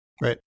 Right